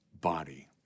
body